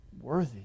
worthy